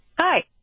hi